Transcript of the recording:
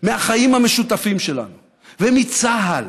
מהחיים המשותפים שלנו ומצה"ל